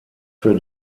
für